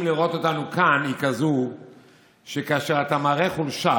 לראות אותנו כאן היא כזו שכאשר אתה מראה חולשה,